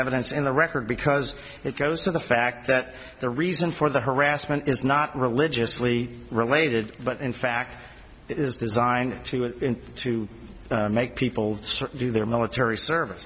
evidence in the record because it goes to the fact that the reason for the harassment is not religiously related but in fact it is designed to make people certain do their military service